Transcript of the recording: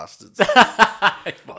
bastards